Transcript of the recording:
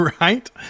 right